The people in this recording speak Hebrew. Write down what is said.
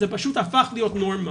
זה פשוט הפך להיות נורמה